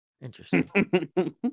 Interesting